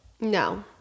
No